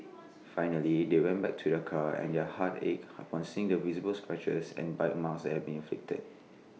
finally they went back to their car and their hearts ached upon seeing the visible scratches and bite marks had been inflicted